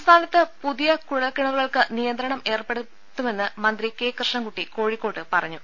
സംസ്ഥാനത്ത് പുതിയ് കുഴൽ കിണറുകൾക്ക് നിയന്ത്രണം ഏർപ്പെടുത്തുമെന്ന് മന്ത്രി കെ കൃഷ്ണൻകുട്ടി കോഴിക്കോട് പറഞ്ഞു